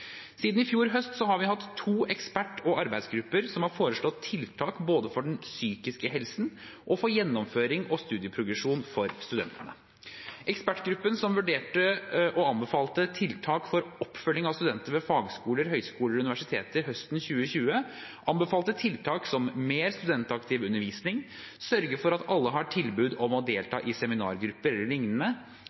Siden i fjor høst har vi hatt to ekspert- og arbeidsgrupper som har foreslått tiltak både for den psykiske helsen og for gjennomføring og studieprogresjon for studentene. Ekspertgruppen som vurderte og anbefalte tiltak for oppfølging av studenter ved fagskoler, høyskoler og universiteter høsten 2020, anbefalte tiltak som mer studentaktiv undervisning, å sørge for at alle har tilbud om å delta i seminargrupper